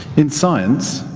in science,